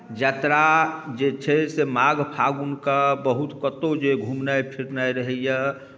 यात्रा जे छै से माघ फाल्गुनके बहुत कतहु जे घुमनाइ फिरनाइ रहैए